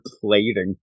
plating